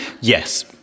Yes